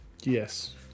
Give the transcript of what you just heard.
yes